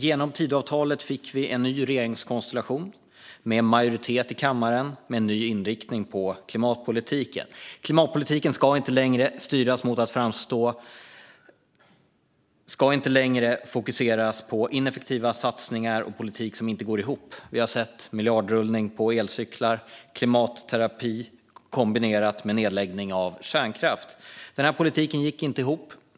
Genom Tidöavtalet fick vi en ny regeringskonstellation med majoritet i kammaren och med en ny inriktning på klimatpolitiken. Klimatpolitiken ska inte längre fokuseras på ineffektiva satsningar och politik som inte går ihop. Vi har sett miljardrullning till elcyklar och klimatterapi kombinerat med nedläggning av kärnkraft. Den här politiken gick inte ihop.